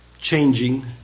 changing